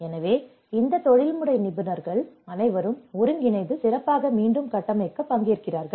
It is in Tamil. எனவே இந்த தொழில்முறை நிபுணர்கள் அனைவரும் ஒருங்கிணைந்து சிறப்பாக மீண்டும் கட்டமைக்க பங்கேற்கிறார்கள்